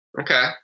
Okay